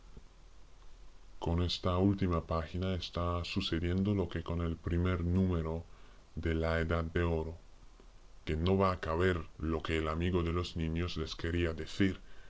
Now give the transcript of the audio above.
con esta última página está sucediendo lo que con el primer número de la edad de oro que no va a caber lo que el amigo de los niños les quería decir